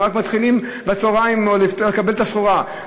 הם מתחילים רק בצהריים לקבל את הסחורה.